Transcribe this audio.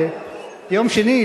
ביום שני,